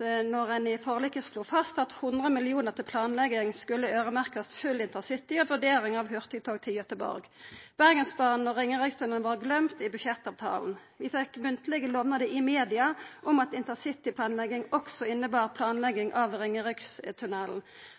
då ein i forliket slo fast at 100 mill. kr til planlegging skulle øyremerkast full intercity og vurdering av hurtigtog til Göteborg. Bergensbanen og Ringerikstunnelen var gløymde i budsjettavtalen. Vi fekk munnlege lovnader i media om at intercityplanlegging også innebar planlegging av